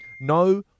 no